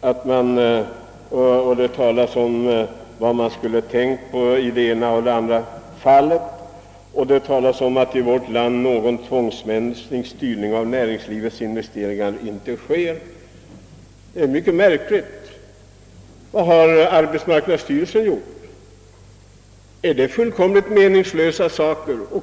område och erinrar dessutom om vad som skulle ha iakttagits i olika fall. Han framhåller dessutom att det i vårt land inte förekommer någon tvångsmässig styrning av näringslivets investeringar. Detta är mycket märkligt. Jag frågar mig om det som arbetsmarknadsstyrelsen har gjort varit fullständigt meningslöst.